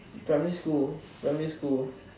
primary school primary school